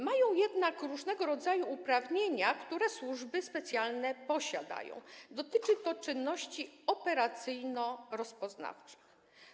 Mają one jednak różnego rodzaju uprawnienia, które służby specjalne posiadają, dotyczy to czynności operacyjno-rozpoznawczych.